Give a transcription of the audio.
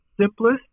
simplest